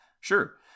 sure